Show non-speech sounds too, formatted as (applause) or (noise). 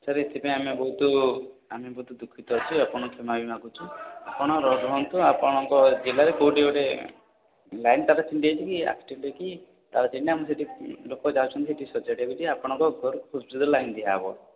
sir ଏଥିପାଇଁ ଆମେ ବହୁତ ଆମେ ବହୁତ ଦୁଃଖିତ ଅଛୁ ଆପଣଙ୍କୁ କ୍ଷମା ବି ମାଗୁଛୁ ଆପଣ ରୁହନ୍ତୁ ଆପଣଙ୍କ ଜିଲ୍ଲାରେ କେଉଁଠି ଗୋଟେ ଲାଇନ୍ ତାର ଛିଣ୍ଡିଯାଇଛି କି ଆକ୍ସିଡେଣ୍ଟ କି (unintelligible) ଆମେ ସେଠି ଲୋକ ଯାଉଛନ୍ତି ବି ସଜାଡ଼ିବାକୁ ଯେ ଆପଣଙ୍କ ଘରକୁ ଖୁବ୍ ଶୀଘ୍ର ଲାଇନ୍ ଦିଆହବ